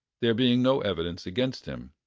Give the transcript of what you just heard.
there being no evidence against him.